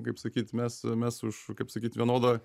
kaip sakyt mes mes už kaip sakyt vienodą